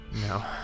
No